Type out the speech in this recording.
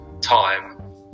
time